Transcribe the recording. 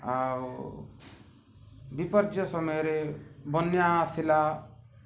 ଆଉ ବିପର୍ଯ୍ୟୟ ସମୟରେ ବନ୍ୟା ଆସିଲା